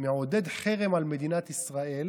מעודד חרם על מדינת ישראל